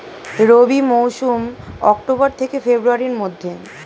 রবি মৌসুম অক্টোবর থেকে ফেব্রুয়ারির মধ্যে